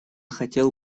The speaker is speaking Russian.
хотел